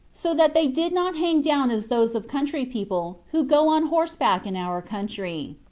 so that they did not hang down as those of country people who go on horseback in our country.